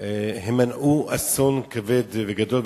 הם מנעו אסון כבד וגדול.